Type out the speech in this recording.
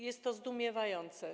Jest to zdumiewające.